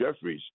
Jeffries